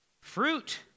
Fruit